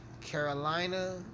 Carolina